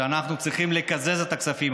שאנחנו צריכים לקזז את הכספים,